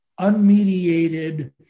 unmediated